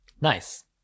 Nice